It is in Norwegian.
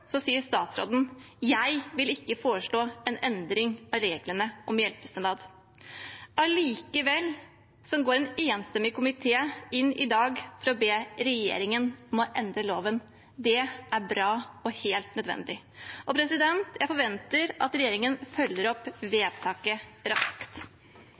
sier statsråden at han vil «ikke foreslå en endring av reglene om hjelpestønad». Allikevel går en enstemmig komité i dag inn for å be regjeringen om å endre loven. Det er bra og helt nødvendig. Jeg forventer at regjeringen følger opp